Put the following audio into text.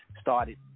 started